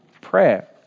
prayer